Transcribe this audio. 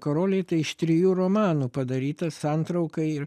karoliai tai iš trijų romanų padaryta santrauka ir